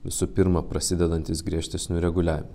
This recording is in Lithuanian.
visų pirma prasidedantis griežtesniu reguliavimu